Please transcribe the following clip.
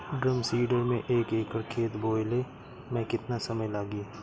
Drum seeder से एक एकड़ खेत बोयले मै कितना समय लागी?